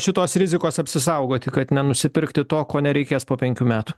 šitos rizikos apsisaugoti kad nenusipirkti to ko nereikės po penkių metų